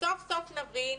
וסוף סוף נבין